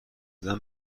دادن